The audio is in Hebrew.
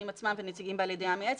עצמם ועל נציגים בעלי הדעה המייעצת,